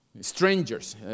Strangers